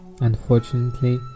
unfortunately